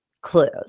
clues